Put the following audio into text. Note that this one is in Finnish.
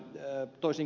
kun ed